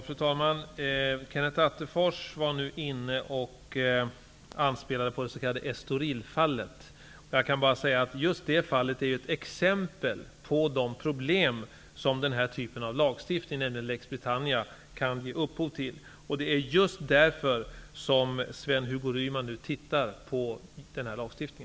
Fru talman! Kenneth Attefors anspelade nu på det s.k. Estorilfallet. Detta fall är ett exempel på de problem som den här typen av lagstiftning, dvs. Lex Britannia, kan ge upphov till. Det är just därför som Sven-Hugo Ryman nu utreder denna lagstiftning.